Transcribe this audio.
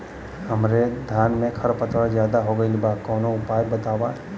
हमरे धान में खर पतवार ज्यादे हो गइल बा कवनो उपाय बतावा?